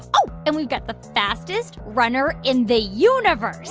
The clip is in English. oh, and we've got the fastest runner in the universe,